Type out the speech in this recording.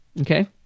Okay